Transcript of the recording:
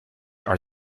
are